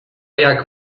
jak